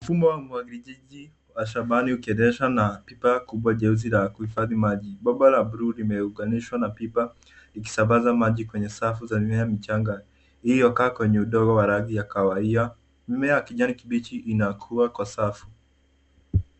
Mfumo wa umwagiliji wa shambani ukiendeshwa na pipa kubwa jeusi la kuhifadhi maji. Bomba la blue limeunganishwa na pipa, likisambaza maji kwenye safu za mimea michanga iliyokaa kwenye udongo wa rangi ya kahawia. Mimea ya kijani kibichi inakua kwa safu.